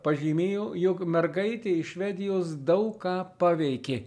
pažymėjo jog mergaitė iš švedijos daug ką paveikė